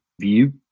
view